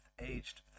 aged